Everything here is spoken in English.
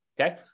Okay